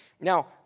Now